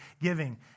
giving